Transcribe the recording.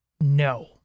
no